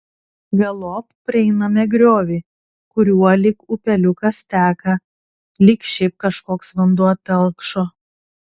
galop prieiname griovį kuriuo lyg upeliukas teka lyg šiaip kažkoks vanduo telkšo